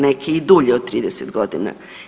Neki i dulje od 30 godina.